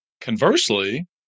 Conversely